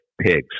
pigs